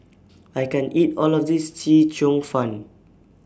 I can't eat All of This Chee Cheong Fun